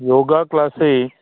yoga क्लासी